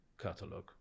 catalog